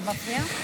זה מפריע.